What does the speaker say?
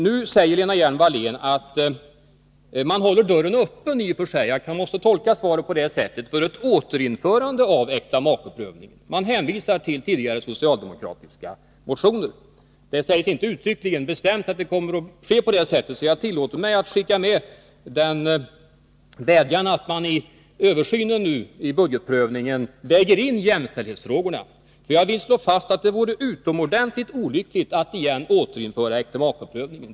Nu säger Lena Hjelm-Wallén att man måste tolka svaret på det sättet att dörren hålls öppen för ett återinförande av äktamakeprövningen. Man hänvisar till tidigare socialdemokratiska motioner. Det sägs inte uttryckligen att det kommer att bli på det sättet, så jag tillåter mig att skicka med en vädjan om att man väger in jämställdhetsfrågorna vid budgetprövningen. Jag vill slå fast att det vore utomordentligt olyckligt att återinföra äktamakeprövningen.